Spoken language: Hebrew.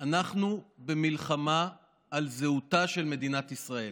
אנחנו במלחמה על זהותה של מדינת ישראל.